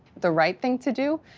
the right thing to do.